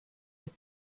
auch